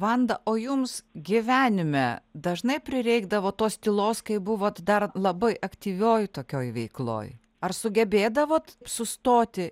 vanda o jums gyvenime dažnai prireikdavo tos tylos kai buvot dar labai aktyvioj tokioj veikloj ar sugebėdavot sustoti